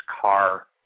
car